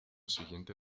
siguiente